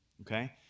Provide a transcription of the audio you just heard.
okay